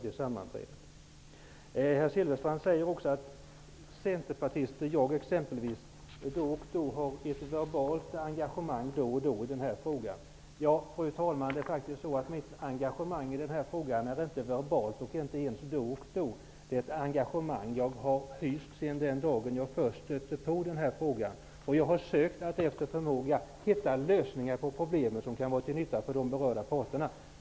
Herr Silfverstrand säger också att centerpartister, däribland jag, har ett verbalt engagemang då och då i den här frågan. Fru talman! Mitt engagemang är inte verbalt och finns inte bara då och då. Jag har hyst ett engagemang sedan den dagen jag först stötte på frågan, och jag har sökt att efter förmåga hitta lösningar på problemen som kan vara till nytta för de berörda parterna.